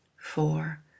four